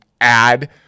add